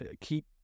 keep